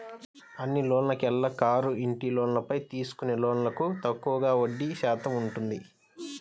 అన్ని లోన్లలోకెల్లా కారు, ఇంటి లోన్లపై తీసుకునే లోన్లకు తక్కువగా వడ్డీ శాతం ఉంటుంది